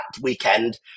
weekend